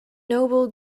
noble